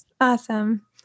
Awesome